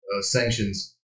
sanctions